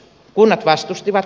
kunnat vastustivat